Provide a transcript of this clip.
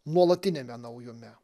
nuolatiniame naujume